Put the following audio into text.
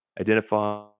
Identify